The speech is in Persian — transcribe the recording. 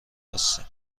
هستیم